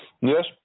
Yes